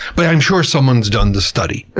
but i'm sure someone's done the study.